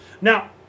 Now